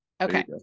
okay